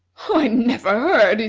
i never heard,